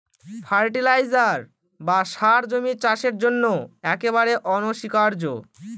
fertiliser বা সার জমির চাষের জন্য একেবারে অনস্বীকার্য